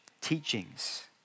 teachings